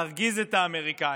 להרגיז את האמריקאים,